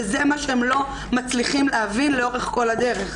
וזה מה שהם לא מצליחים להבין לאורך כל הדרך.